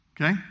okay